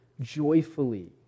joyfully